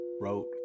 wrote